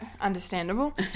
understandable